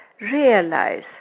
realize